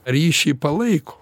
ryšį palaiko